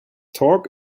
talk